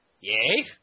Yay